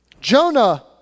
Jonah